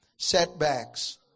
setbacks